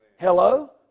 Hello